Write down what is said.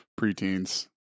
preteens